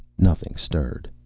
nothing stirred.